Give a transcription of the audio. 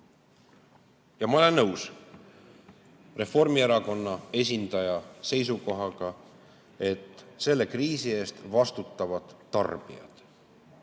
Ma ei ole nõus Reformierakonna esindaja seisukohaga, et selle kriisi eest vastutavad tarbijad.